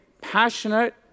passionate